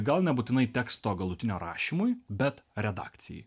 gal nebūtinai teksto galutinio rašymui bet redakcijai